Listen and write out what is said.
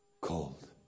cold